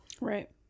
Right